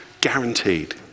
Guaranteed